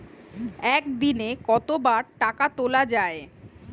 একদিনে কতবার টাকা তোলা য়ায়?